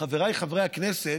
חבריי חברי הכנסת,